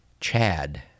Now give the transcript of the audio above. Chad